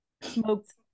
smoked